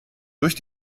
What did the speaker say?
durch